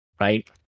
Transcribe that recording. Right